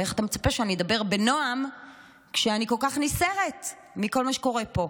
ואיך אתה מצפה שאני אדבר בנועם כשאני כל כך נסערת מכל מה שקורה פה?